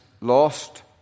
lost